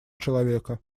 человека